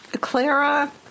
Clara